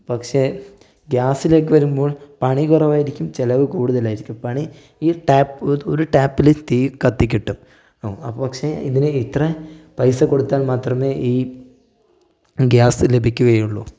പക്ഷെ ഗ്യാസിലേക്ക് വരുമ്പോൾ പണി കുറവായിരിക്കും ചിലവ് കൂടുതലായിരിക്കും പണി ഈ ടാപ്പ് ഒരു ടാപ്പിൽ തീ കത്തിക്കിട്ടും പക്ഷെ ഇതിന് ഇത്ര പൈസ കൊടുത്താൽ മാത്രമേ ഈ ഗ്യാസ് ലഭിക്കുകയുള്ളു